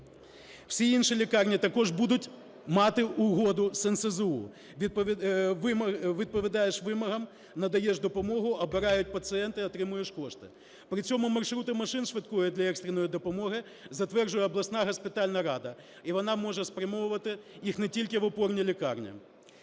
Всі інші лікарні також будуть мати угоди з НСЗУ. Відповідаєш вимогам, надаєш допомогу, обирають пацієнти – отримуєш кошти. При цьому маршрути машин швидкої для екстреної допомоги затверджує обласна госпітальна рада, і вона може спрямовувати їх не тільки в опорні лікарні.